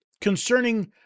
concerning